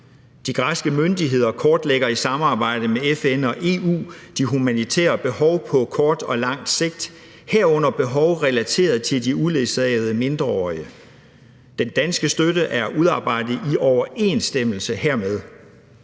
De græske myndigheder kortlægger i samarbejde med FN og EU de humanitære behov på kort og lang sigt, herunder behov relateret til de uledsagede mindreårige. Den danske støtte er udarbejdet i overensstemmelse hermed.